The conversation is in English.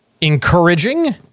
encouraging